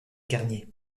garnier